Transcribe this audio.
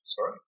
Sorry